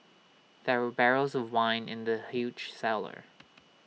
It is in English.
there were barrels of wine in the huge cellar